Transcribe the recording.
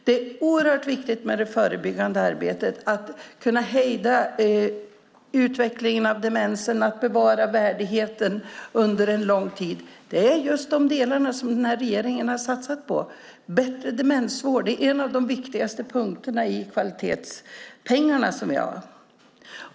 Det är oerhört viktigt med det förebyggande arbetet, att hejda utvecklingen av demensen och bevara värdigheten under lång tid. Det är just de delarna som den här regeringen har satsat på. Bättre demensvård är en av de viktigaste punkterna när det gäller kvalitetspengarna.